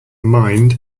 mind